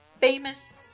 famous